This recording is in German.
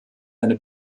eine